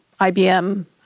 IBM